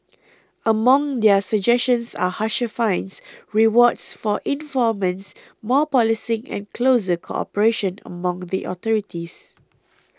among their suggestions are harsher fines rewards for informants more policing and closer cooperation among the authorities